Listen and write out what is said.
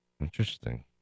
Interesting